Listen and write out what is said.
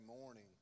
morning